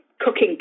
cooking